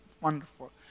Wonderful